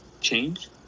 change